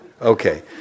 Okay